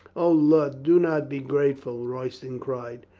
o, lud, do not be grateful, royston cried.